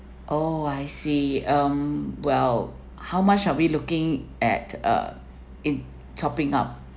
oh I see um well how much are we looking at uh in topping up